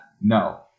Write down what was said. No